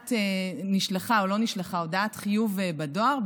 הודעת חיוב בדואר,